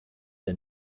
der